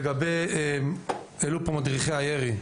לגבי מה שהעלו פה מדריכי הירי,